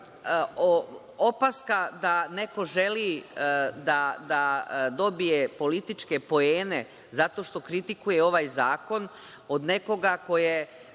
da neko želi da dobije političke poene zato što kritikuje ovaj zakon od nekoga ko je